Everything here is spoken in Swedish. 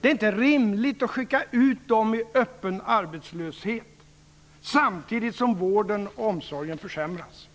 Det är inte rimligt att skicka ut dem i öppen arbetslöshet, samtidigt som vården och omsorgen försämras.